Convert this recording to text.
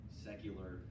secular